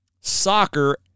soccer